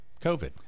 COVID